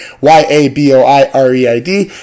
Y-A-B-O-I-R-E-I-D